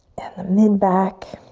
and the mid-back.